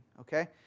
Okay